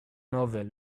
novel